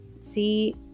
see